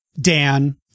Dan